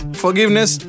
forgiveness